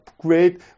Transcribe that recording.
great